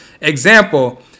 Example